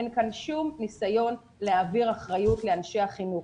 אין כאן שום ניסיון להעביר אחריות לאנשי החינוך.